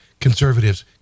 conservatives